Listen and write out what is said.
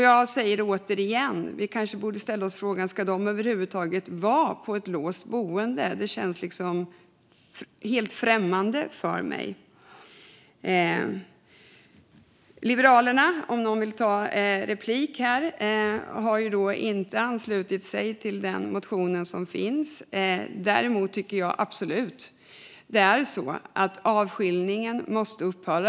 Jag säger återigen: Vi kanske borde ställa oss frågan om de över huvud taget ska vara på ett låst boende. Det känns helt främmande för mig. Om någon här vill begära replik kan jag säga att Liberalerna inte har anslutit sig till den motion som finns. Däremot tycker jag absolut att avskiljningen måste upphöra.